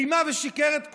רימה ושיקר את כולם,